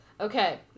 Okay